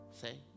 Say